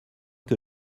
que